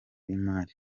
y’imari